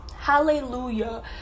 Hallelujah